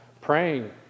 praying